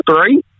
Three